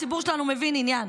הציבור שלנו מבין עניין.